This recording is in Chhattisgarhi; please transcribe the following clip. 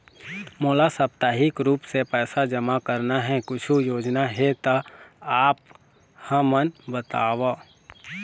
मोला साप्ताहिक रूप से पैसा जमा करना हे, कुछू योजना हे त आप हमन बताव?